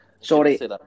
Sorry